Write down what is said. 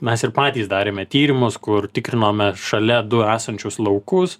mes ir patys darėme tyrimus kur tikrinome šalia du esančius laukus